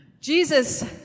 Jesus